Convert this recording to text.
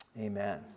Amen